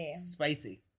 Spicy